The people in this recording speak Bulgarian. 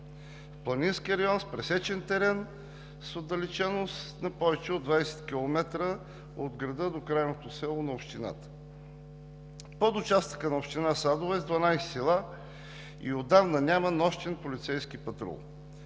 планински район, с пресечен терен, с отдалеченост на повече от 20 км от града до крайното село на общината. Подучастъкът на община Садово е с 12 села и отдавна няма нощен полицейски патрул.